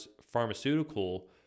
pharmaceutical